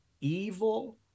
evil